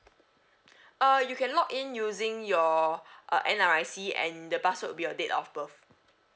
uh you can log in using your uh N_R_I_C and the password will be your date of birth